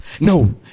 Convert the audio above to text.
No